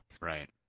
right